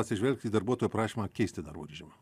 atsižvelgt į darbuotojo prašymą keisti darbo režimą